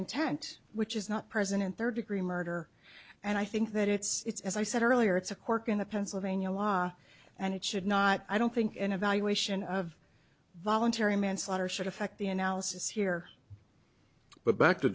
intent which is not present in third degree murder and i think that it's as i said earlier it's a cork in the pennsylvania law and it should not i don't think an evaluation of voluntary manslaughter should affect the analysis here but back to